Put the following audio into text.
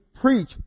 preach